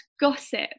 gossip